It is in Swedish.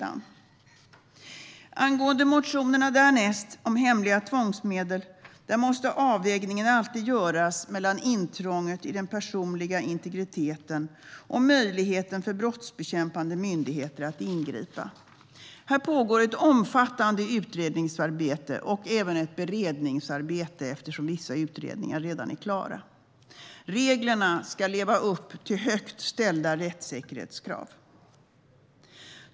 Angående motionerna därnäst, om hemliga tvångsmedel, måste en avvägning alltid göras mellan intrånget i den personliga integriteten och möjligheten för brottsbekämpande myndigheter att ingripa. Här pågår ett omfattande utredningsarbete och även ett beredningsarbete, eftersom vissa utredningar redan är klara. Reglerna ska göra att vi kan leva upp till högt ställda rättssäkerhetskrav.